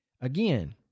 Again